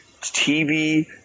TV